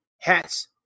Hats